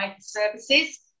services